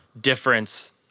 difference